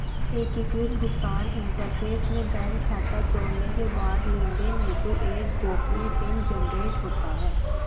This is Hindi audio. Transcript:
एकीकृत भुगतान इंटरफ़ेस में बैंक खाता जोड़ने के बाद लेनदेन हेतु एक गोपनीय पिन जनरेट होता है